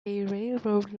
railroad